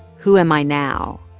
who am i now?